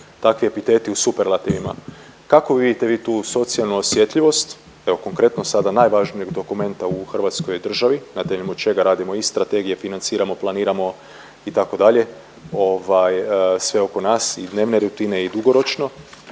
takvi epiteti u superlativima. Kako vidite vi tu socijalnu osjetljivost, evo konkretno sada najvažnijeg dokumenta u hrvatskoj državi na temelju čega radimo i strategije, financiramo, planiramo itd. ovaj sve oko nas i dnevne rutine i dugoročno,